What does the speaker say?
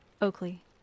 Oakley